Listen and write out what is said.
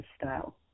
style